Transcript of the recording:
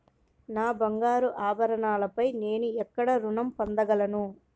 నా బంగారు ఆభరణాలపై నేను ఎక్కడ రుణం పొందగలను?